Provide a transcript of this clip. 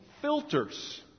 filters